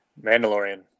Mandalorian